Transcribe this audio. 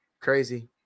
Crazy